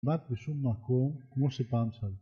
ובאת לשום מקום כמו שפעם שאלו